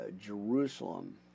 Jerusalem